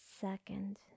second